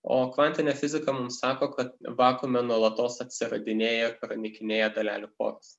o kvantinė fizika mums sako kad vakuume nuolatos atsiradinėja pranykinėja dalelių poros